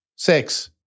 Six